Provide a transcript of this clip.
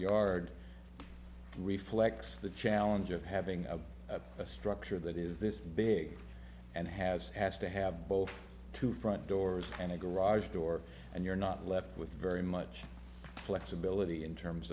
yard reflects the challenge of having a structure that is this big and has asked to have both two front doors and a garage door and you're not left with very much flexibility in terms